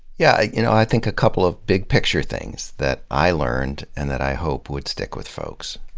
yeah i you know i think a couple of big picture things that i learned and that i hope would stick with folks,